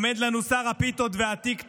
עומד לנו שר הפיתות והטיקטוק,